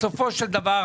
בסופו של דבר,